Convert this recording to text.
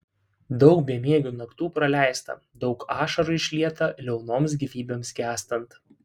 daug bemiegių naktų praleista daug ašarų išlieta liaunoms gyvybėms gęstant